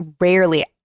rarely